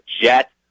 Jet